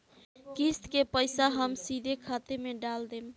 किस्त के पईसा हम सीधे खाता में डाल देम?